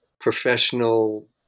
professional